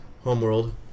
Homeworld